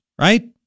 right